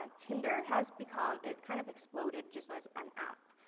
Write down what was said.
ah tinder has become, it kind of exploded just as an app.